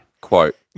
quote